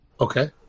Okay